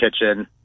kitchen